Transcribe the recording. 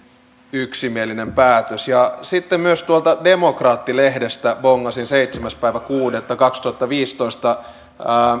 yksimielinen päätös sitten myös tuolta demokraatti lehdestä bongasin seitsemäs kuudetta kaksituhattaviisitoista